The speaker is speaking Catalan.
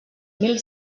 mil